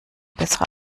bessere